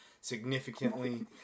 significantly